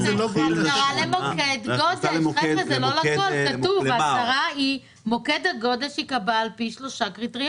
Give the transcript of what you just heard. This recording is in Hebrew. אני חושב שהמטרה היא צנועה והיא פיזור רצף השימוש באותה תשתית